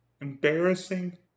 embarrassing